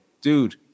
dude